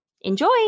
Enjoy